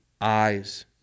eyes